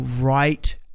right